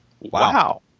Wow